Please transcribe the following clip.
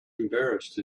embarrassed